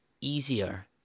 easier